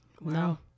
no